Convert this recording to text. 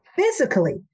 physically